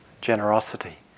generosity